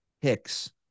Hicks